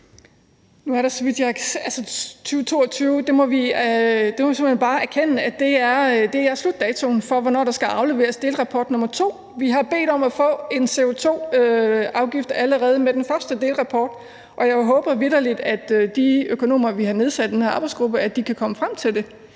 Kathrine Olldag (RV): 2022 må vi simpelt hen bare erkende er slutdatoen for, hvornår der skal afleveres delrapport nr. 2. Vi har bedt om at få en CO2-afgift allerede med den første delrapport, og jeg håber vitterlig, at de økonomer, der er i den her arbejdsgruppe, vi har nedsat, kan komme frem til det.